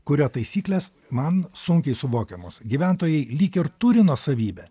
kurio taisyklės man sunkiai suvokiamos gyventojai lyg ir turi nuosavybę